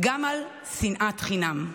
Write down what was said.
גם על שנאת חינם.